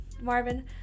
Marvin